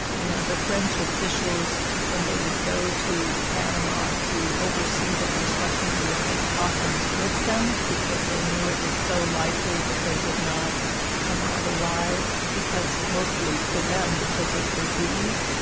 you know, the french officials when they would go to panama to oversee the construction, they would take coffins with them, because they knew it was so likely that they would not come out alive, because mostly for them, because of disease.